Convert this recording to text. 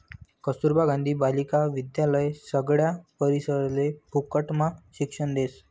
कस्तूरबा गांधी बालिका विद्यालय सगळ्या पोरिसले फुकटम्हा शिक्षण देस